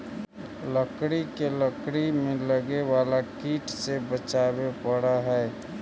लकड़ी के लकड़ी में लगे वाला कीट से बचावे पड़ऽ हइ